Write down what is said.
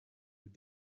with